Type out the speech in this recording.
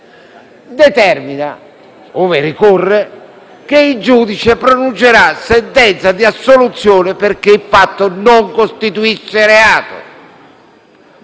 determina, ove ricorre, che il giudice pronuncerà sentenza di assoluzione perché il fatto non costituisce reato.